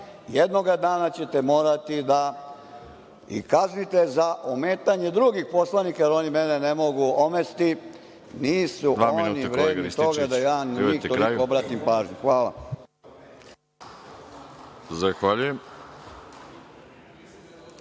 Jednoga dana ćete morati da ih kaznite za ometanje drugih poslanika, jer oni mene ne mogu omesti. Nisu oni vredni toga da ja na njih obratim toliko pažnju.